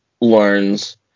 learns